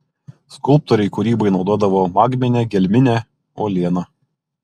skulptoriai kūrybai naudodavo magminę gelminę uolieną